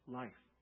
life